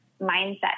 mindset